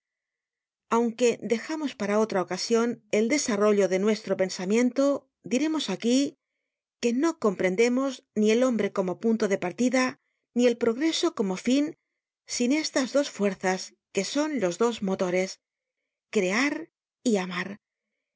aunque dejamos para otra ocasion el desarrollo de nuestro pensamiento diremos aquí que no comprendemos ni el hombre como punto de partida ni el progreso como fin sin estas dos fuerzas que son los dos motores crear y amar